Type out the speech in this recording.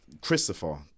christopher